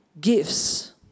gifts